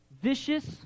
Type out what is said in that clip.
vicious